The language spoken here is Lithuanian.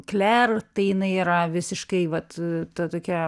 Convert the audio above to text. kler tai jinai yra visiškai vat ta tokia